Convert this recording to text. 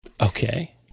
Okay